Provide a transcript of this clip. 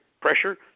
pressure –